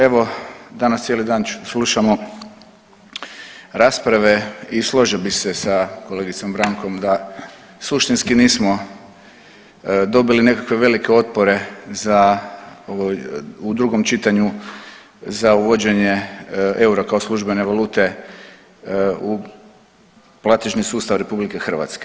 Evo danas cijeli dan slušamo rasprave i složio bih se s kolegicom Brankom da suštinski nismo dobili nekakve velike otpore za u drugom čitanje za uvođenje eura kao službene valute u platežni sustav RH.